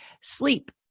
Sleep